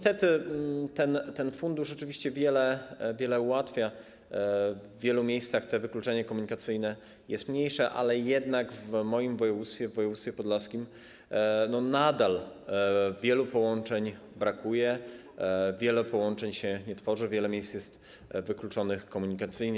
Ten fundusz oczywiście wiele ułatwia, w wielu miejscach to wykluczenie komunikacyjne jest mniejsze, ale jednak niestety w moim województwie, w województwie podlaskim nadal wielu połączeń brakuje, wielu połączeń się nie tworzy, wiele miejsc jest wykluczonych komunikacyjnie.